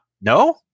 no